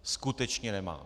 Skutečně nemá.